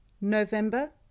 november